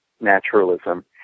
naturalism